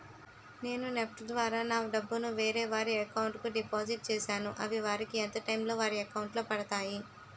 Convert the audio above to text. నేను నెఫ్ట్ ద్వారా నా డబ్బు ను వేరే వారి అకౌంట్ కు డిపాజిట్ చేశాను అవి వారికి ఎంత టైం లొ వారి అకౌంట్ లొ పడతాయి?